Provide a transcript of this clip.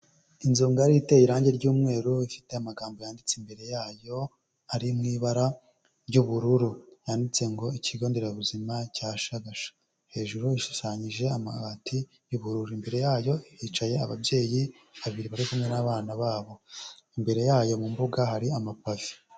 Inzu ngari iteye irangi ry'umweru, ifite amagambo yanditse imbere yayo ari mu ibara ry'ubururu ryanditse ngo ikigo nderabuzima cya shagasha. Hejuru ishushanyije amabati y'ubururu, imbere yayo hicaye ababyeyi babiri bari kumwe n'abana babo. Imbere yayo mu mbuga hari amapave.